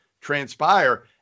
transpire